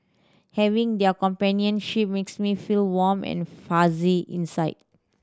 having their companionship makes me feel warm and fuzzy inside